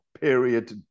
period